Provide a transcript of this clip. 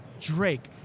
Drake